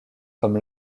comme